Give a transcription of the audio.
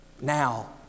now